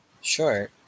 Sure